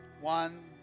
One